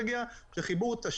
כאשר הם שוקלים צריך להגיע לאיזון.